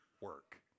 work